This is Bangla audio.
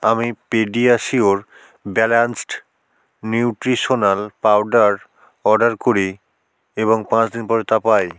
আমি PediaSure balanced nutritional powder order করি এবং পাঁচ দিন পরে তা পাই